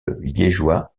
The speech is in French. liégeois